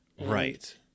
right